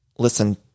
listen